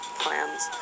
plans